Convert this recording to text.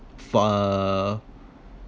for uh